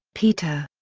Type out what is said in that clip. peter.